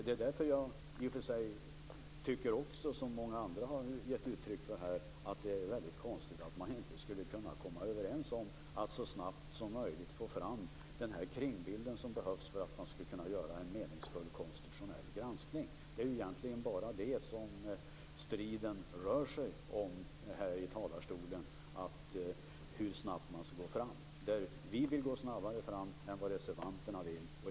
Det är därför jag tycker att det är konstigt - och det har andra givit uttryck för - att man inte kan komma överens om att så snabbt som möjligt få fram kringbilden för att kunna göra en meningsfull konstitutionell granskning. Striden i talarstolen rör sig om hur snabbt man skall gå fram. Vi vill gå snabbare fram än vad reservanterna vill.